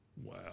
Wow